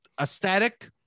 Aesthetic